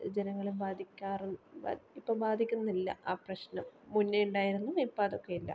ജനങ്ങളെ ബാധിക്കാറുണ്ട ഇപ്പ ബാധിക്കുന്നില്ല ആ പ്രശ്നം മുന്നേ ഉണ്ടായിരുന്നു ഇപ്പം അതൊക്കെ ഇല്ല